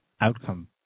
outcome